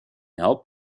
help